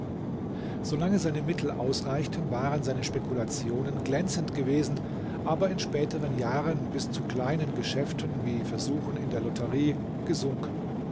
solange seine mittel ausreichten waren seine spekulationen glänzend gewesen aber in späteren jahren bis zu kleinen geschäften wie versuchen in der lotterie gesunken